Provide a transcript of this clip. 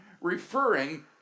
referring